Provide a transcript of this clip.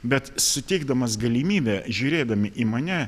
bet suteikdamas galimybę žiūrėdami į mane